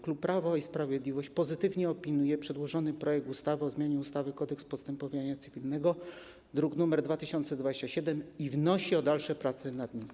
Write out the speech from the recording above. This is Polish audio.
Klub Prawo i Sprawiedliwość pozytywnie opiniuje przedłożony projekt ustawy o zmianie ustawy - Kodeks postępowania cywilnego, druk nr 2027, i wnosi o dalsze prace nad nim.